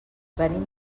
venim